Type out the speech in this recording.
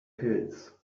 pilz